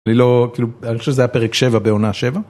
אני לא, כאילו, אני חושב שזה היה פרק 7 בעונה 7.